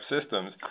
systems